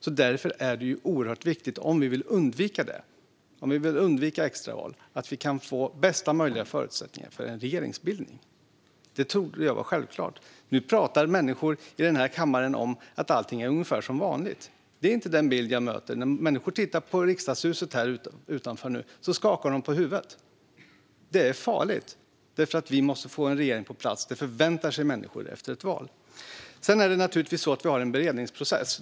Om vi vill undvika det - om vi vill undvika extraval - är det oerhört viktigt att vi får bästa möjliga förutsättningar för en regeringsbildning. Det trodde jag var självklart. Nu talar människor i denna kammare om att allting är ungefär som vanligt. Det är inte den bild jag möter. När människor tittar på riksdagshuset här utanför skakar de på huvudet. Det är farligt. Vi måste få en regering på plats; det förväntar sig människor efter ett val. Sedan är det naturligtvis så att vi har en beredningsprocess.